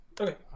Okay